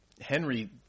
Henry